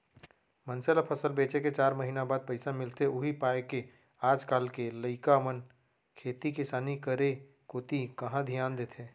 मनसे ल फसल बेचे के चार महिना बाद पइसा मिलथे उही पायके आज काल के लइका मन खेती किसानी करे कोती कहॉं धियान देथे